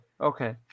Okay